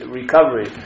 recovery